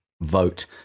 vote